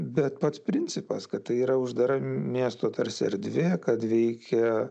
bet pats principas kad tai yra uždara miesto tarsi erdvė kad veikia